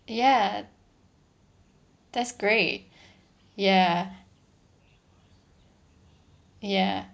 ya that's great ya ya